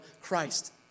Christ